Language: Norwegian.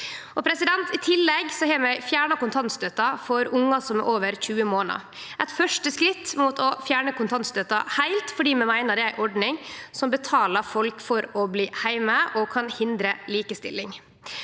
I tillegg har vi fjerna kontantstøtta for ungar som er over 20 månader. Det er eit første skritt mot å fjerne kontantstøtta heilt. Vi meiner det er ei ordning som betalar folk for å bli heime og kan hindre likestilling.